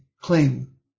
claim